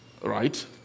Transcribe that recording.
Right